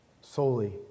solely